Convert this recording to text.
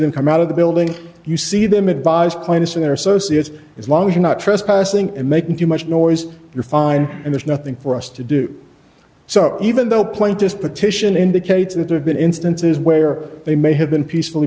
them come out of the building you see them advised kind of similar sosias as long as you're not trespassing and making too much noise you're fine and there's nothing for us to do so even though point this petition indicates that there have been instances where they may have been peacefully